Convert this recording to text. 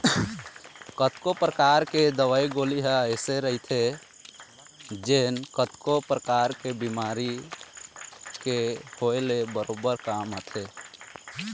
कतको परकार के दवई गोली ह अइसे रहिथे जेन कतको परकार के बेमारी के होय ले बरोबर काम आथे